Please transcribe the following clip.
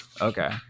Okay